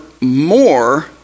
more